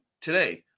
today